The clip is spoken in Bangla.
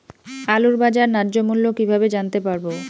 আলুর বাজার ন্যায্য মূল্য কিভাবে জানতে পারবো?